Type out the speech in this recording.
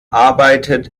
arbeitet